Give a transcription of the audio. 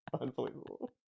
Unbelievable